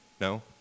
No